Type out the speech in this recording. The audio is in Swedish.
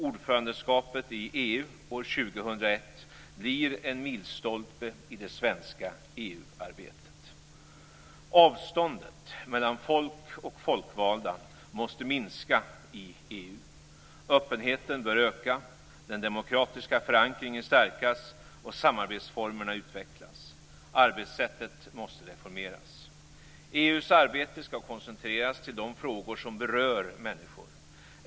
Ordförandeskapet i EU år 2001 blir en milstolpe i det svenska Avståndet mellan folk och folkvalda måste minska i EU. Öppenheten bör öka, den demokratiska förankringen stärkas och samarbetsformerna utvecklas. Arbetssättet måste reformeras. EU:s arbete skall koncentreras till de frågor som berör människor.